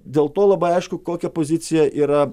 dėl to labai aišku kokia pozicija yra